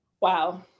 Wow